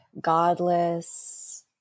godless